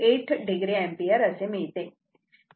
8 o ampere असे मिळते